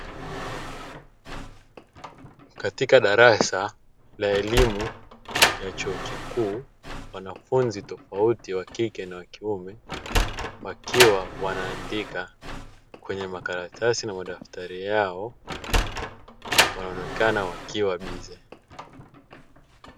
Katika darasa la elimu ya chuo kikuu, wanafunzi tofauti wakike na wakiume wakiwa wana andika kwenye makaratasi na madaftari yao wanaonekana wakiwa bize.